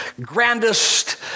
grandest